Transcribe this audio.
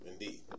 indeed